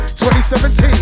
2017